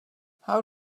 how